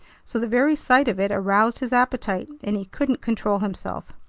so the very sight of it aroused his appetite, and he couldn't control himself.